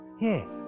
Yes